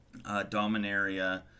Dominaria